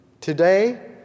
Today